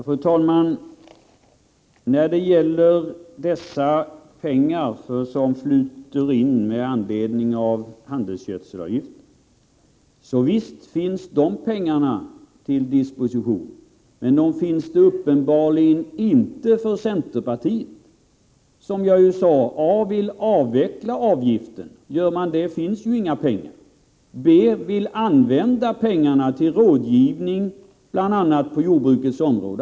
Fru talman! Visst finns de pengar som flyter in från handelsgödselavgiften till disposition. Men för centerpartiet är de uppenbarligen inte disponibla. Centerpartiet vill ju a) avveckla avgiften — gör man det finns ju inga pengar — b) använda pengarna bl.a. till rådgivning på jordbrukets område.